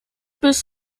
bis